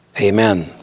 Amen